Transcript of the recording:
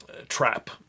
trap